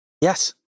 Yes